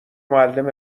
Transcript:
معلم